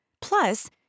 Plus